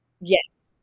Yes